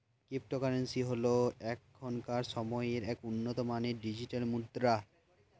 cryptocurrency হল এখনকার সময়ের এক উন্নত মানের ডিজিটাল মুদ্রা